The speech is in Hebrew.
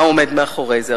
מה עומד מאחורי זה?